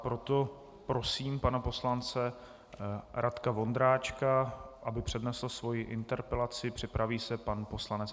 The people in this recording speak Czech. Proto prosím pana poslance Radka Vondráčka, aby přednesl svoji interpelaci, připraví se pan poslanec Adolf Beznoska.